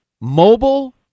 mobile